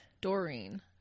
doreen